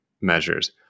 measures